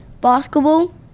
basketball